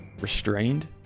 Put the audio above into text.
restrained